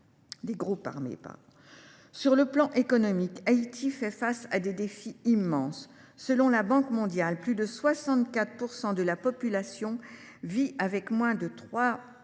de 70 %. Sur le plan économique, Haïti fait face à des défis immenses. Selon la Banque mondiale, plus de 64 % de sa population vit avec moins de 3,65